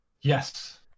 Yes